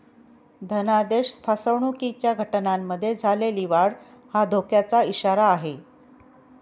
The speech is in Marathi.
धनादेश फसवणुकीच्या घटनांमध्ये झालेली वाढ हा धोक्याचा इशारा आहे